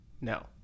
No